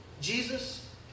Jesus